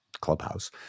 clubhouse